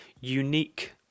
unique